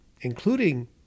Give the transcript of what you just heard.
including